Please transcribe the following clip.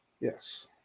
Yes